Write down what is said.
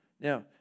Now